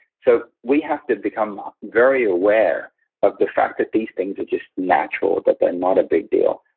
so we have to become very aware of the fact that these things are just natural, that they're not a big deal.